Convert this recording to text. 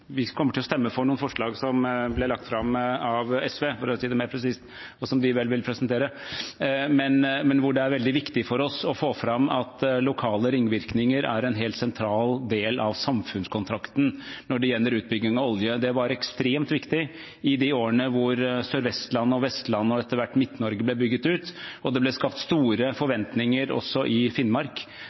fram av SV, og som de vel vil presentere. Det er veldig viktig for oss å få fram at lokale ringvirkninger er en helt sentral del av samfunnskontrakten når det gjelder utbygging av olje. Det var ekstremt viktig i årene da Sør-Vestlandet, Vestlandet og etter hvert Midt-Norge ble bygget ut, og det ble skapt store forventninger også i Finnmark